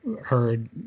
heard